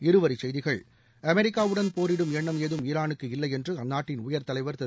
இருவரிச் செய்திகள் அமெரிக்காவுடன் போரிடும் எண்ணம் ஏதும் ஈரானுக்கு இல்லை என்று அந்நாட்டின் உயர் தலைவர் திரு